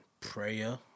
prayer